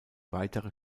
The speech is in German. weitere